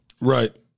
right